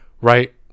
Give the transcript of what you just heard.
right